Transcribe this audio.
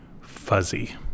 fuzzy